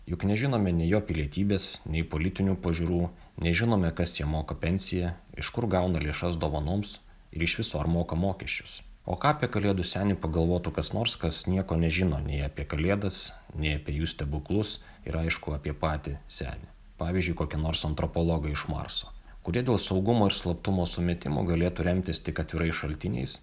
juk nežinome nei jo pilietybės nei politinių pažiūrų nežinome kas jam moka pensiją iš kur gauna lėšas dovanoms ir iš viso ar moka mokesčius o ką apie kalėdų senį pagalvotų kas nors kas nieko nežino nei apie kalėdas nei apie jų stebuklus ir aišku apie patį senį pavyzdžiui kokie nors antropologai iš marso kurie dėl saugumo ir slaptumo sumetimų galėtų remtis tik atvirais šaltiniais